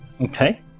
Okay